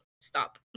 Stop